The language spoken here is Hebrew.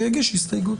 יגיש הסתייגות.